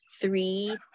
three